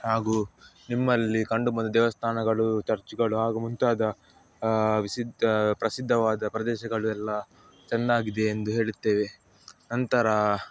ಹಾಗೂ ನಿಮ್ಮಲ್ಲಿ ಕಂಡು ಬಂದ ದೇವಸ್ಥಾನಗಳು ಚರ್ಚ್ಗಳು ಹಾಗೂ ಮುಂತಾದ ಸಿದ್ಧ ಪ್ರಸಿದ್ಧವಾದ ಪ್ರದೇಶಗಳು ಎಲ್ಲ ಚೆನ್ನಾಗಿದೆ ಎಂದು ಹೇಳುತ್ತೇವೆ ನಂತರ